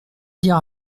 dire